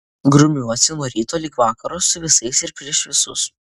grumiuosi nuo ryto lig vakaro su visais ir prieš visus